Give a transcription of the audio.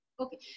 Okay